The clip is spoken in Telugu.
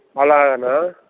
అలాగనా